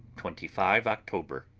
twenty five october